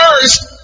First